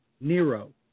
Nero